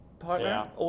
Partner